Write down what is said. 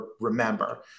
remember